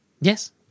Yes